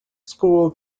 school